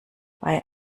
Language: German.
bei